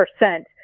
percent